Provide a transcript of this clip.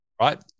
right